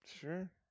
Sure